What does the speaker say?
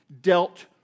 dealt